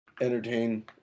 entertain